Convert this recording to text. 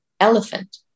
elephant